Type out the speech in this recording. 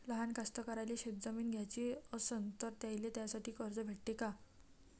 लहान कास्तकाराइले शेतजमीन घ्याची असन तर त्याईले त्यासाठी कर्ज भेटते का?